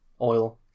oil